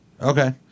Okay